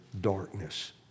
darkness